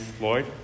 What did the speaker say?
Lloyd